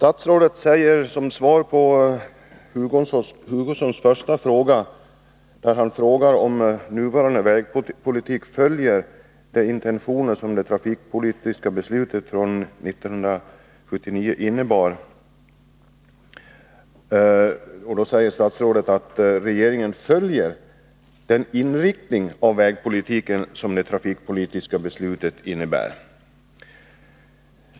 Herr talman! Som svar på Kurt Hugossons första fråga, om nuvarande vägpolitik följer de intentioner som det trafikpolitiska beslutet från 1979 innebar, säger statsrådet att regeringen följer den inriktning av vägpolitiken som det trafikpolitiska beslutet innebär.